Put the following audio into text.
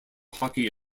hockey